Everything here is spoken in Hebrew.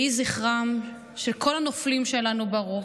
יהי זכרם של כל הנופלים שלנו ברוך.